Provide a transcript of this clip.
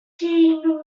der